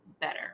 better